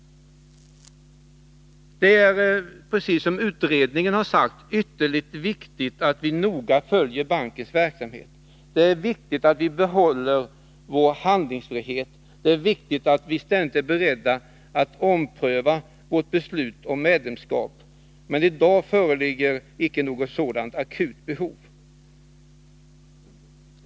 Det är, precis som utredningen har sagt, ytterligt viktigt att vi noga följer bankens verksamhet, behåller vår handlingsfrihet och ständigt är beredda att ompröva vårt beslut om medlemskap. Men i dag föreligger icke något sådant akut behov.